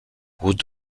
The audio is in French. route